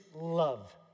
love